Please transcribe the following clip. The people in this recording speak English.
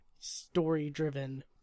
story-driven